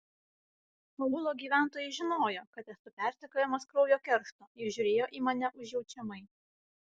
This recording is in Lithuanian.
aūlo gyventojai žinojo kad esu persekiojamas kraujo keršto ir žiūrėjo į mane užjaučiamai